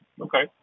Okay